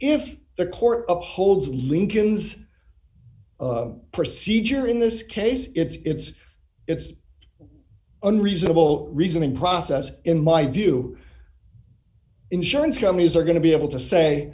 if the court upholds lincoln's procedure in this case it's it's unreasonable reasoning processes in my view insurance companies are going to be able to say